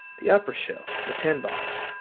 the upper shelf, the tin box.